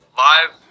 live